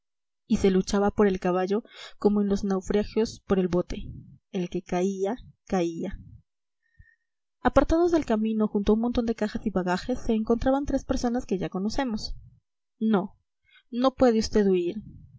y se luchaba por el caballo como en los naufragios por el bote el que caía caía apartados del camino junto a un montón de cajas y bagajes se encontraban tres personas que ya conocemos no no puede vd huir